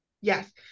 Yes